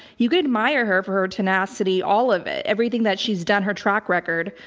you could admire her for her tenacity, all of it, everything that she's done, her track record.